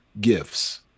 gifts